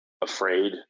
afraid